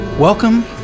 Welcome